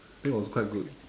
think it was quite good